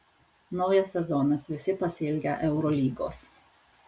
naujas sezonas visi pasiilgę eurolygos